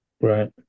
Right